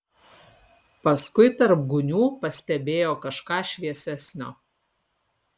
paskui tarp gūnių pastebėjo kažką šviesesnio